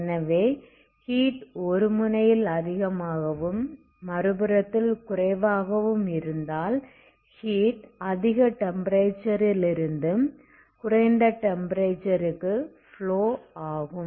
எனவே ஹீட் ஒரு முனையில் அதிகமாகவும் மறுபுறத்தில் குறைவாகவும் இருந்தால் ஹீட் அதிக டெம்ப்பரேச்சர் லிருந்து குறைந்த டெம்ப்பரேச்சர் க்கு ஃப்ளோ ஆகும்